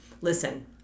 listen